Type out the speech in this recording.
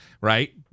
right